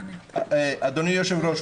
אדוני היושב-ראש,